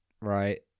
right